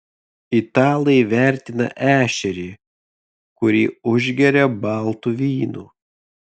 italai vertina ešerį kurį užgeria baltu vynu